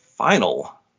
Final